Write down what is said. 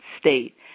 state